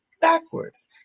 backwards